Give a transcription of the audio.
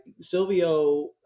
Silvio